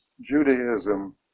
Judaism